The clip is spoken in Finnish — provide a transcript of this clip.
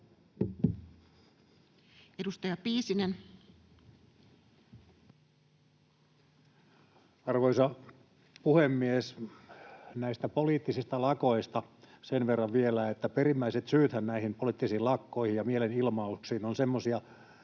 19:46 Content: Arvoisa puhemies! Näistä poliittisista lakoista sen verran vielä, että perimmäiset syythän näihin poliittisiin lakkoihin ja mielenilmauksiin ovat semmoisia,